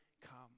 come